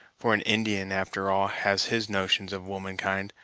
for an indian, after all, has his notions of woman-kind,